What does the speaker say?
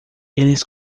eles